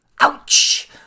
Ouch